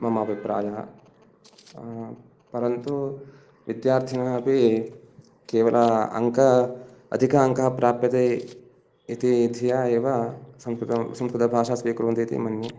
मम अभिप्रायः परन्तु विद्यार्थिनः अपि केवल अङ्कं अधिकाङ्कं प्राप्यते इति धिया एव संस्कृतं संस्कृतभाषां स्वीकुर्वन्ति इति मन्ये